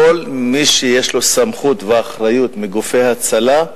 כל מי שיש לו סמכות ואחריות, מגופי הצלה,